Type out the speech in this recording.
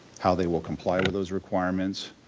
how they will comply with those requirements,